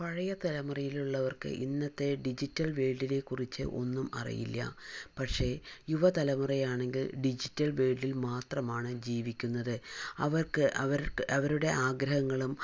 പഴയ തലമുറയിൽ ഉള്ളവർക്ക് ഇന്നത്തെ ഡിജിറ്റൽ വേൾഡിനെക്കുറിച്ച് ഒന്നും അറിയില്ല പക്ഷേ യുവതലമുറയാണെങ്കിൽ ഡിജിറ്റൽ വേൾഡിൽ മാത്രമാണ് ജീവിക്കുന്നത് അവർക്ക് അവരുടെ ആഗ്രഹങ്ങളും